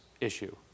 issue